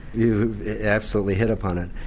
you've absolutely hit upon it.